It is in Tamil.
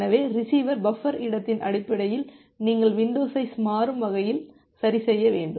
எனவேரிசீவர் பஃபர் இடத்தின் அடிப்படையில் நீங்கள் வின்டோ சைஸ் மாறும் வகையில் சரிசெய்ய வேண்டும்